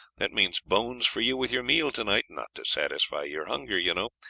that means bones for you with your meal to-night not to satisfy your hunger, you know,